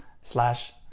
slash